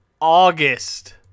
August